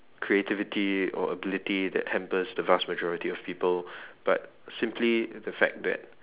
creativity or ability that hampers the vast majority of people but simply the fact that